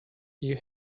you